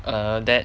err that